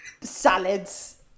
salads